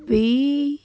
ਵੀਹ